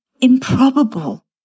improbable